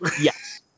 yes